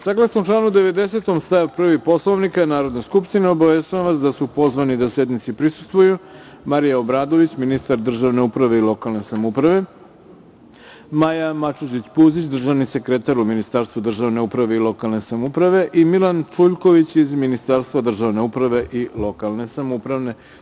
Saglasno članu 90. stav 1. Poslovnika Narodne skupštine, obaveštavam da su pozvani da sednici prisustvuju Marija Obradović, ministar državne uprave i lokalne samouprave, Maja Mačužić Puzić, državni sekretar u Ministarstvu državne uprave i lokalne samouprave, i Milan Čuljković iz Ministarstva državne uprave i lokalne samouprave.